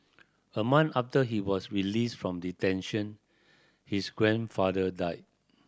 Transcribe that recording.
a month after he was released from detention his grandfather died